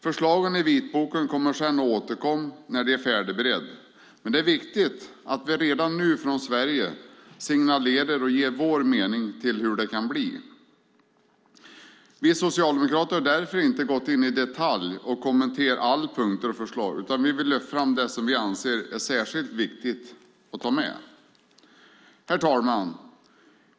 Förslagen i vitboken kommer sedan att återkomma när de är färdigberedda, men det är viktigt att vi redan nu från Sverige signalerar och ger vår mening om hur det kan bli. Vi socialdemokrater har därför inte gått in i detalj och kommenterat alla punkter och förslag utan vi vill lyfta fram det som vi anser är särskilt viktigt att ta med. Herr talman!